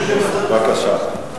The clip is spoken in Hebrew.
בבקשה.